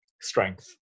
strength